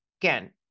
Again